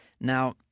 Now